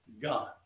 God